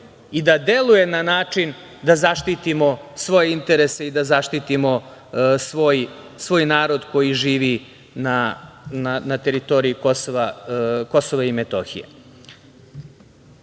i da deluje na način da zaštitimo svoje interese i da zaštitimo svoj narod koji živi na teritoriji KiM.Taj